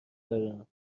دارم